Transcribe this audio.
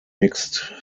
mixed